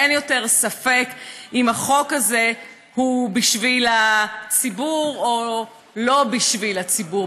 אין יותר ספק אם החוק הזה הוא בשביל הציבור או לא בשביל הציבור.